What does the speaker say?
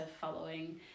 following